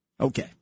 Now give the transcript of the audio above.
Okay